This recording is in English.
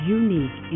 unique